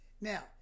Now